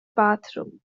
bathroom